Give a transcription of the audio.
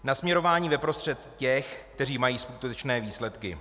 Nasměrování veprostřed těch, kteří mají skutečné výsledky.